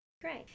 Great